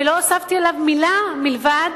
ולא הוספתי עליו מלה מלבד